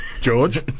george